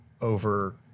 over